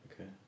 Okay